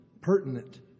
pertinent